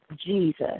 jesus